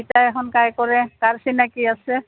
ইতা এখন কাই কৰে কাৰ চিনাক আছে